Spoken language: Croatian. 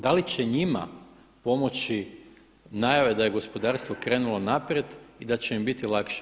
Da li će njima pomoći najave da je gospodarstvo krenulo naprijed i da će im biti lakše?